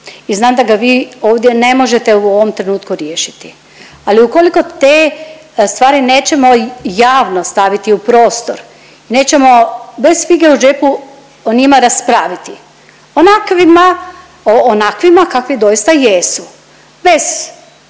i znam da ga vi ovdje ne možete u ovom trenutku riješiti ali ukoliko te stvari nećemo javno staviti u prostor, nećemo bez fige u džepu o njima raspraviti, onakvima, onakvima kakvi doista jesu bez